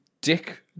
dick